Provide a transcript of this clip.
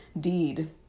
deed